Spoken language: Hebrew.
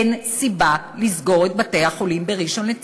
אין סיבה לסגור את חדרי הניתוח בראשון-לציון,